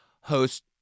host